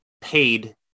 paid